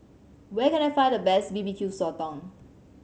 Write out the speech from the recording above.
where can I find the best B B Q Sotong